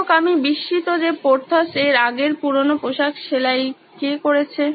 যাই হোক আমি বিস্মিত যে পোর্থস এর আগের পুরোনো পোশাক সেলাই কে করেছে